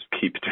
keep